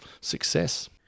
success